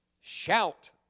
Shout